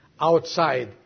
outside